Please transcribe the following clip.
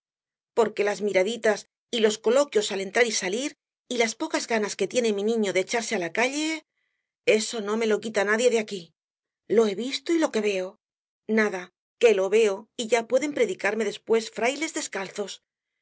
porque las miraditas y los coloquios al entrar y salir y las pocas ganas que tiene mi niño de echarse á la calle eso no me lo quita nadie de aquí lo he visto y lo que veo nada que lo veo y ya pueden predicarme después frailes descalzos